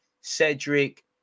Cedric